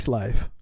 life